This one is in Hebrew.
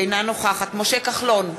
אינה נוכחת משה כחלון,